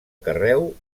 carreu